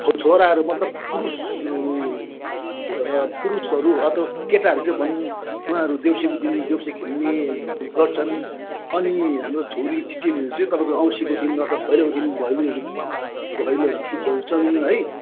छोराहरू मतलब पुरुष र पुरुषहरू अथवा केटाहरू चाहिँ भनौँ उहाँहरू देउँसीको दिन देउँसी खेल्ने गर्छन् अनि हाम्रो छोरी चेलीहरू चाहिँ तपाईँको औँसीको दिन अथवा भैलोको दिन भैलोहरू भैलोहरू खे खेल्छन् है